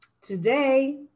Today